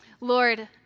Lord